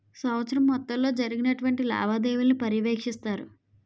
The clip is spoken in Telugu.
సంవత్సరం మొత్తంలో జరిగినటువంటి లావాదేవీలను పర్యవేక్షిస్తారు